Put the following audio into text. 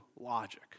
logic